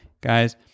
Guys